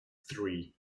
three